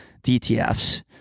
DTFs